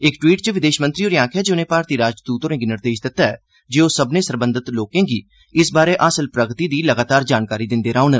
इक टवीट् च विदेश मंत्री होरें आखेआ ऐ जे उनें भारती राजदूत होरें' गी निर्देश दित्ता ऐ जे ओह् सब्भनें सरबंधत लोकें गी इस सरबंधी च हासल प्रगति बारै लगातार जानकारी दिंदे रौहन